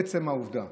עצם העובדה